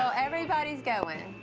so everybody's going.